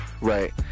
right